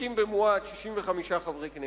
מסתפקים במועט, 65 חברי כנסת.